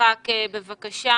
בקצרה